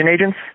agents